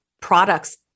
products